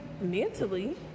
mentally